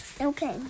Okay